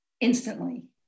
instantly